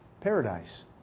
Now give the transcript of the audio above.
paradise